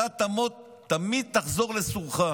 אתה תמיד תחזור לסורך.